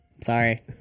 Sorry